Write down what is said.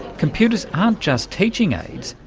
computers aren't just teaching aids,